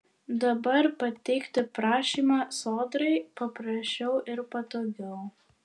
dabar pateikti prašymą sodrai paprasčiau ir patogiau